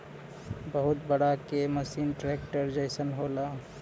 बहुत बड़ा के मसीन ट्रेक्टर जइसन होला